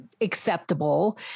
acceptable